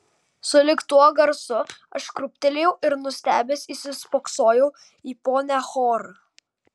sulig tuo garsu aš krūptelėjau ir nustebęs įsispoksojau į ponią hor